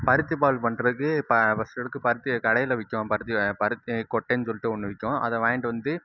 பருத்தி பால் பண்ணுறதுக்கு இப்போ ஃபஸ்ட் இதுக்கு பருத்தி கடையில் விற்கும் பருத்தி பருத்திக்கொட்டைன்னு சொல்லிட்டு ஒன்று விற்கும் அதை வாங்கிகிட்டு வந்து